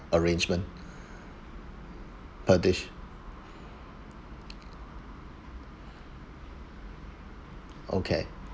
arrangement per dish okay